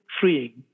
freeing